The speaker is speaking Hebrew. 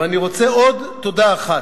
ואני רוצה עוד תודה אחת,